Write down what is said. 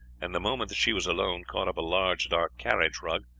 and the moment that she was alone caught up a large, dark carriage rug,